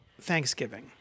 Thanksgiving